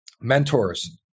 mentors